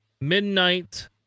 Midnight